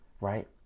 right